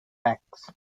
necks